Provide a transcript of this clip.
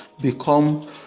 become